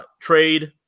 trade